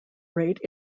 rate